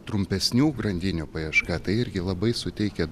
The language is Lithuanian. trumpesnių grandinių paieška tai irgi labai suteikia